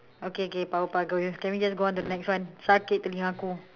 okay okay power puff girl can we just go onto the next one sakit telinga aku